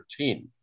13